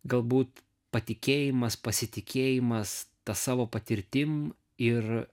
galbūt patikėjimas pasitikėjimas ta savo patirtim ir